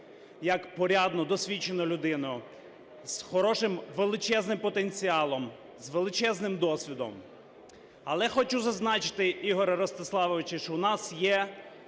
як порядну, досвідчену людину з хорошим, величезним потенціалом, з величезним досвідом. Але хоче зазначити, Ігорю Ростиславовичу, що нас є